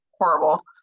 horrible